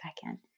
second